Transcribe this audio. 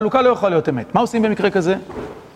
חלוקה לא יכולה להיות אמת. מה עושים במקרה כזה?